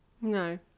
no